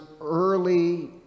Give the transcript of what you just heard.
early